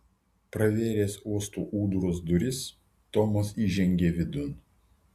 pravėręs uosto ūdros duris tomas įžengė vidun